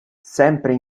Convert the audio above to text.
sempre